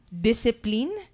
discipline